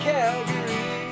Calgary